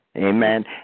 amen